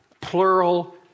plural